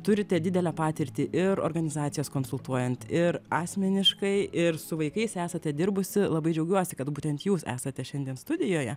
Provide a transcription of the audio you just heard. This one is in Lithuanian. turite didelę patirtį ir organizacijas konsultuojant ir asmeniškai ir su vaikais esate dirbusi labai džiaugiuosi kad būtent jūs esate šiandien studijoje